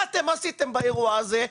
מה אתם עשיתם באירוע הזה?